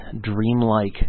dreamlike